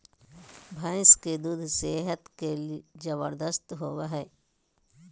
भैंस के दूध सेहत ले जबरदस्त होबय हइ